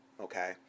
okay